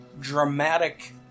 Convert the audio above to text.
dramatic